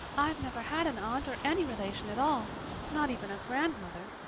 i've never had an aunt or any relation at all not even a grandmother.